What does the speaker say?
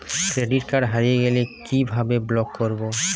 Credit card হারিয়ে গেলে কি ভাবে ব্লক করবো?